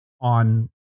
on